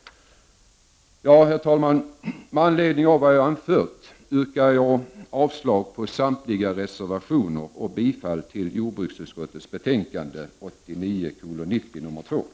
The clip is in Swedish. Herr talman! Med anledning av vad jag anfört yrkar jag avslag på samtliga reservationer och bifall till hemställan i jordbruksutskottets betänkande 1989/90:JoU2.